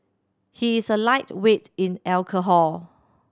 he is a lightweight in alcohol